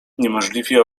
niemożliwie